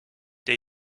der